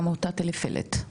מעמותת אליפלט,